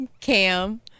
Cam